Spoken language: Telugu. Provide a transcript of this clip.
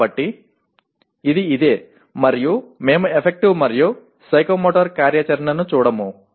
కాబట్టి ఇది ఇదే మరియు మేము ఎఫెక్టివ్ మరియు సైకోమోటర్ కార్యాచరణను చూడము